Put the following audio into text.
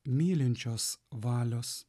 mylinčios valios